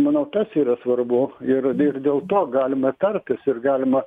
manau tas yra svarbu ir ir dėl to galima tartis ir galima